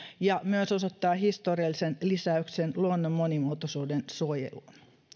ja myös osoittaa historiallisen lisäyksen luonnon monimuotoisuuden suojeluun